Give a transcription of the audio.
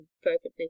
fervently